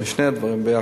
שני הדברים יחד.